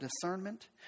discernment